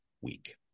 week